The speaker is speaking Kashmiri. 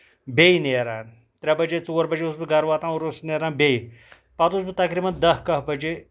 بیٚیہِ نیران ترٛےٚ بَجے ژور بَجے اوسُس بہٕ گرٕ واتان اورٕ اوسٕس بہٕ نیران بیٚیہِ پَتہٕ اوسُس بہٕ تَقریٖبَن دہ کاہہ بَجے